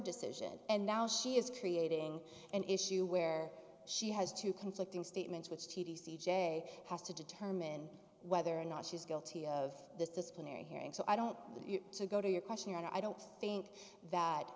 decision and now she is creating an issue where she has two conflicting statements which t v c j has to determine whether or not she's guilty of this disciplinary hearing so i don't go to your question and i don't think that